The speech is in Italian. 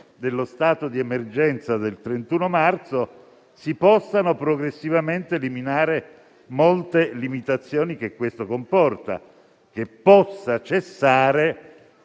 dello stato di emergenza al 31 marzo, si possano progressivamente eliminare molte limitazioni che questo comporta. Dico al